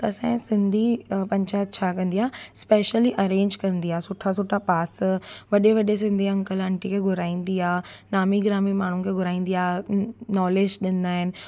त असांजा सिंधी पंचायत छा कंदी आहे स्पेशली अरेंज कंदी आहे सुठा सुठा पास वॾे वॾे सिंधी अंकल आंटी खे घुराईंदी आहे नामी ग्रामी माण्हुनि खे घुराईंदी आहे नोलेज ॾींदा आहिनि